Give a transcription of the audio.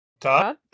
Todd